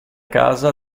casa